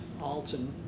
Alton